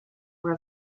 were